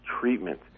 treatment